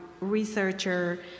researcher